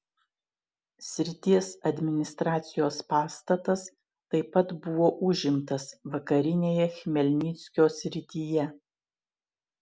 srities administracijos pastatas taip pat buvo užimtas vakarinėje chmelnyckio srityje